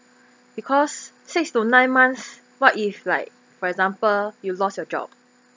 because six to nine months what if like for example you lost your job